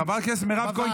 חברת הכנסת כהן,